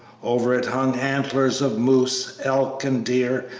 over it hung antlers of moose, elk, and deer,